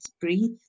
breathe